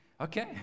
okay